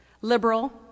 liberal